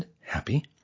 happy